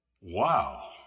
Wow